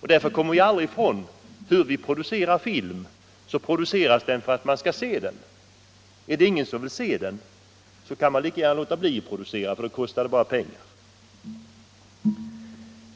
Vi kommer aldrig ifrån att hur vi än producerar film, produceras den för att människor skall se den. Vill ingen se den, kan man lika bra låta bli att producera den, för då kostar det bara pengar.